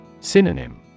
Synonym